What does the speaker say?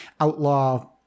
outlaw